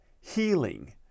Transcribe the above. healing